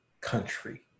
country